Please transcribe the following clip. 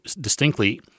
distinctly